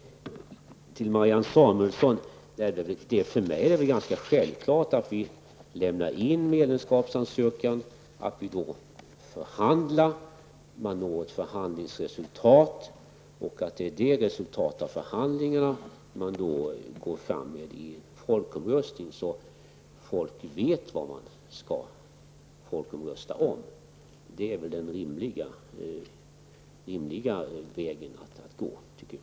Till Marianne Samuelsson vill jag säga att för mig är det ganska självklart att vi, efter det att vi lämnat in en medlemskapsansökan, förhandlar för att nå fram till ett förhandlingsresultat. Detta förhandlingsresultat skall sedan ligga till grund för en folkomröstning, så att folk vet vad de har att folkomrösta om. Det är den rimliga vägen att gå, tycker jag.